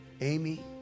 Amy